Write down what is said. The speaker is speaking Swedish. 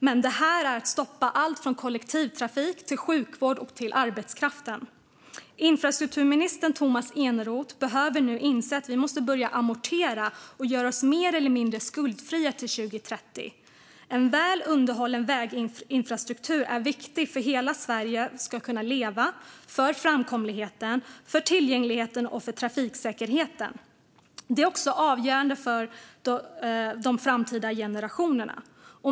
Men det här är att stoppa allt från kollektivtrafiken till sjukvården till arbetskraften. Infrastrukturminister Tomas Eneroth behöver nu inse att vi måste börja amortera och göra oss mer eller mindre skuldfria till år 2030. En väl underhållen väginfrastruktur är viktig för att hela Sverige ska leva, för framkomligheten, för tillgängligheten och för trafiksäkerheten. Den är också avgörande för de framtida generationerna.